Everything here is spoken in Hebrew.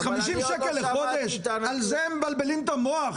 אז על 50 שקל לחודש הם מבלבלים את המוח?